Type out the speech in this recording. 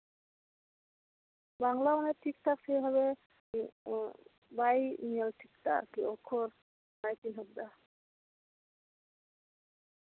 ᱵᱟᱝᱞᱟ ᱴᱷᱤᱠᱼᱴᱷᱟᱠ ᱥᱮᱵᱷᱟᱵᱮ ᱵᱟᱭ ᱧᱮᱞ ᱴᱷᱤᱠ ᱫᱟ ᱟᱨ ᱠᱤ ᱚᱠᱠᱷᱚᱨ ᱵᱟᱭ ᱪᱤᱱᱦᱟᱹᱯ ᱮ ᱫᱟ